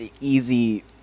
easy